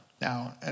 Now